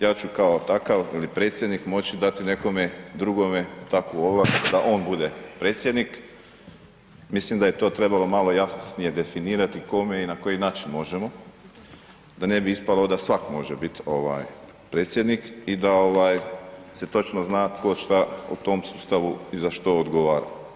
Ja ću kao takav ili predsjednik, moći dati nekome drugome takvu ovlast da on bude predsjednik, mislim da je to trebalo malo jasnije definirat kome i na koji način možemo, da ne bi ispalo da svatko može biti predsjednik i da se točno zna tko šta u tom sustavu i za što odgovara.